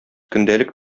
көндәлек